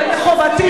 ומחובתי,